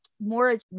more